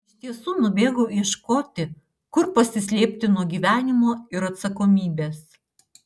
iš tiesų nubėgau ieškoti kur pasislėpti nuo gyvenimo ir atsakomybės